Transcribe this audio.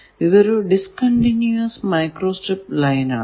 ഇതൊരു discontinuous microstrip line ആണ്